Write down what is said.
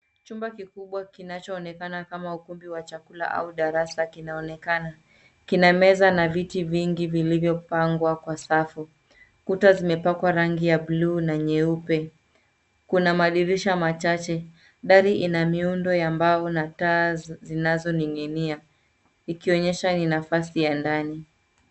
Chumba kikubwa kinachoonekana kama ukumbi wa chakula au darasa kinaonekana. Kina meza na viti vingi vilivyopangwa kwa safu. Kuta zimepakwa rangi ya buluu na nyeupe. Kuna madirisha machache. Dari ina miundo ya mbao na taa zinazoning'inia ikionyesha ni nafasi ya ndani.